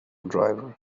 driver